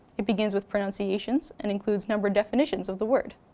it begins with pronunciations and includes numbered definitions of the word.